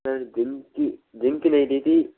sir गिन की गिन के नहीं दी थी